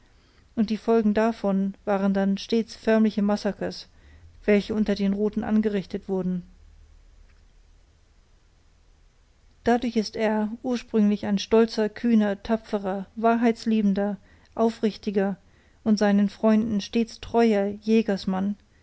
und die folgen davon waren dann stets förmliche massacres welche unter den roten angerichtet wurden dadurch ist er ursprünglich ein stolzer kühner tapferer wahrheitsliebender aufrichtiger und seinen freunden stets treuer jägersmann